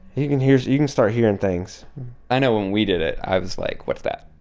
you can hear you can start hearing things i know when we did it, i was like, what's that?